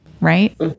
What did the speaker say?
right